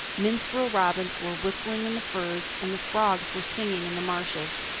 minstrel robins were whistling in the firs and the frogs were singing in the marshes.